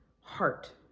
heart